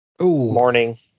morning